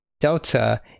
delta